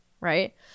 right